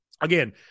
Again